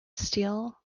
steel